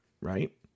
right